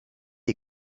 est